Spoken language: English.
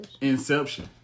Inception